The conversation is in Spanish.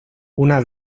una